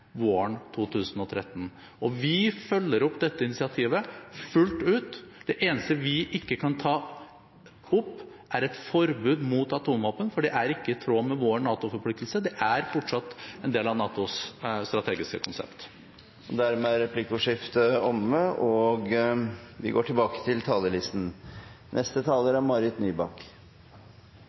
våren 2013. Vi følger opp dette initiativet fullt ut. Det eneste vi ikke kan ta opp, er et forbud mot atomvåpen, for det er ikke i tråd med vår NATO-forpliktelse. Det er fortsatt en del av NATOs strategiske konsept. Replikkordskiftet er omme.